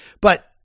But-